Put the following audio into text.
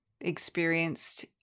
experienced